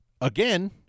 again